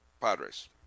Padres